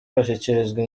bashyikirizwa